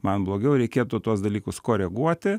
man blogiau reikėtų tuos dalykus koreguoti